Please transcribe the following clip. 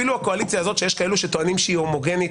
אפילו הקואליציה הזאת שיש טוענים שהיא הומוגנית,